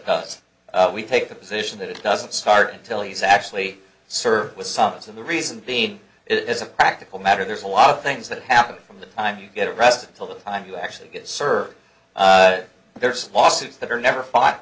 that it was we take the position that it doesn't start until he's actually served with sobs and the reason being it is a practical matter there's a lot of things that happen from the time you get arrested until the time you actually get served there's lawsuits that are never f